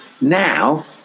now